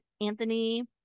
anthony